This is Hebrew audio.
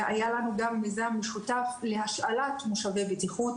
והיה לנו גם מיזם משותף להשאלת מושבי בטיחות,